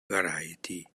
variety